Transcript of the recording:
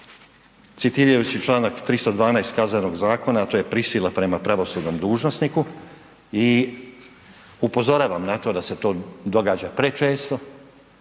citirajući čl. 312. Kaznenog zakona, a to je prisila prema pravosudnom dužnosniku i upozoravam na to da se to događa prečesto,